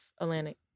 atlantic